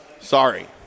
Sorry